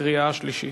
לקריאה שלישית.